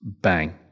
bang